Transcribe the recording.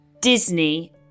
Disney